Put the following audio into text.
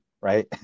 right